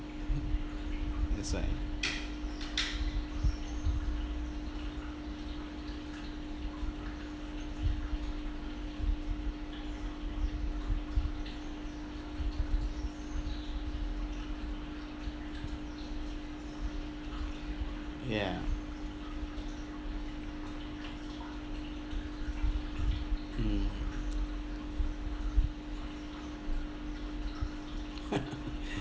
that's right ya mm